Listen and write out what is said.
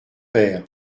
père